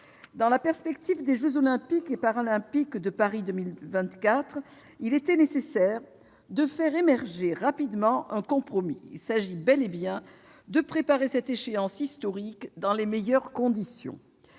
Dans la perspective des jeux Olympiques et Paralympiques de Paris 2024, il était nécessaire de faire émerger rapidement un compromis : il s'agit bel et bien de préparer cette échéance historique dans les meilleures conditions.